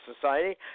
society